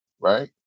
right